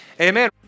amen